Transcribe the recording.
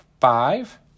five